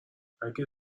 اگه